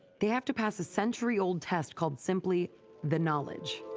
they have to pass a century-old test called simply the knowledge.